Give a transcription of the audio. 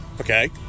okay